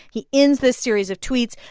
he ends this series of tweets,